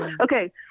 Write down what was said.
Okay